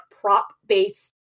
prop-based